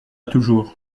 toujours